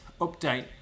update